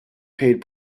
paid